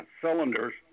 cylinders